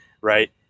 right